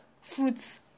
fruits